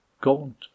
gaunt